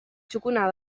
txukuna